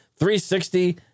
360